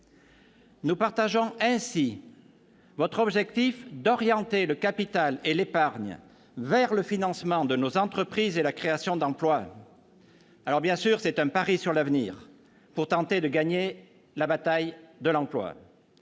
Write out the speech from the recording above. ce point de vue, votre objectif d'orienter le capital et l'épargne vers le financement de nos entreprises et la création d'emplois. Bien sûr, il s'agit d'un pari sur l'avenir, pour tenter de gagner la bataille de l'emploi.